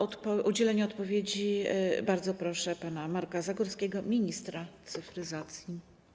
O udzielenie odpowiedzi bardzo proszę pana Marka Zagórskiego, ministra cyfryzacji.